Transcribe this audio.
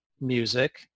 music